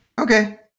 Okay